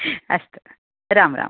अस्तु राम् राम्